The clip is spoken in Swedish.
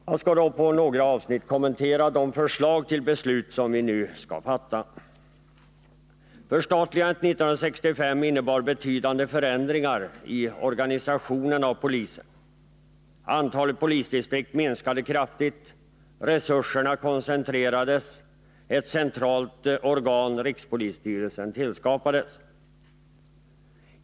Jag skall härefter i några avsnitt kommentera de förslag som ligger till grund för de beslut vi nu skall fatta. Förstatligandet 1965 innebar betydande förändringar i polisorganisationen. Antalet polisdistrikt minskade kraftigt, resurserna koncentrerades och ett centralt organ — rikspolisstyrelsen — tillskapades.